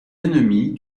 ennemis